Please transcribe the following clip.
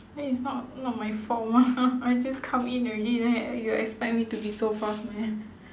then it's not not my fault I just come in already then you expect me to be so fast meh